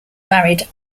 married